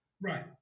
Right